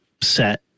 set